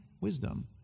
Wisdom